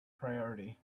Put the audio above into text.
priority